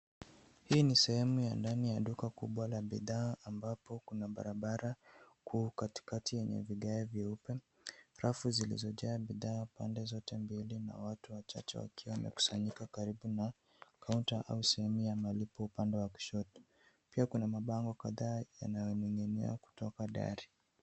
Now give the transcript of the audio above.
Hii ni sehemu ya ndani ya duka kubwa la bidhaa ambapo kuna barabara kuu katikati yenye vigae vyeupe. Rafu zilizojaa bidhaa pande zote mbili na watu wachache wakiwa wamekusanyika karibu na kaunta au sehemu ya malipo upande wa kushoto ,pia kuna mabango kadhaa yanayoning'inia kutoka dari.